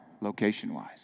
location-wise